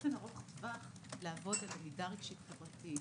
ובאופן ארוך טווח לעבוד על למידה רגשית וחברתית,